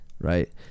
right